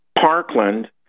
Parkland